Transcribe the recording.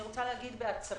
אני רוצה לומר בעצבים,